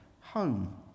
home